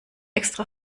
extra